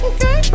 Okay